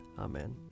Amen